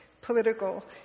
political